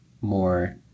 more